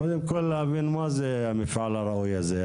קודם כל להבין מה זה המפעל הראוי הזה,